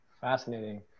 Fascinating